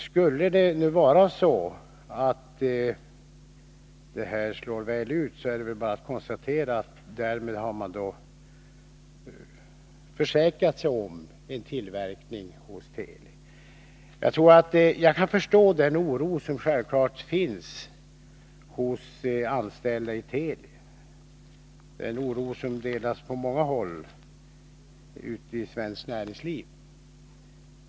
Skulle satsningen slå väl ut, är det väl bara att konstatera att man därmed har försäkrat sig om tillverkning hos Teli. Jag kan självfallet förstå den oro som de anställda på Teli känner, en oro som delas av andra på många håll ute i svenskt näringsliv.